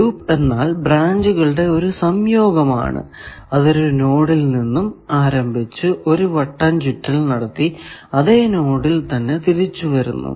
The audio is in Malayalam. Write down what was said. ലൂപ്പ് എന്നാൽ ബ്രാഞ്ചുകളുടെ ഒരു സംയോഗമാണ് അത് ഒരു നോഡിൽ നിന്നും ആരംഭിച്ചു ഒരു വട്ടം ചുറ്റൽ നടത്തി അതെ നോഡിൽ തന്നെ തിരിച്ചു വരുന്നു